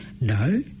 No